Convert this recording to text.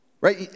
Right